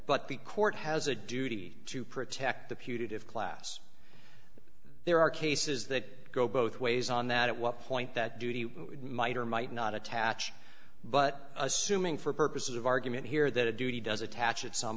but the court has a duty to protect the putative class there are cases that go both ways on that at what point that duty might or might not attach but assuming for purposes of argument here that a duty does attach at some